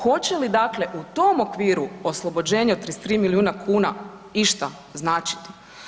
Hoće li dakle u tom okviru oslobođenje od 33 milijuna kuna išta značiti?